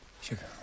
Sugar